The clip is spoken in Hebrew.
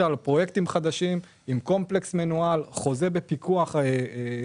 וחצי, כשכל הכוח נמצא אצל המשכיר.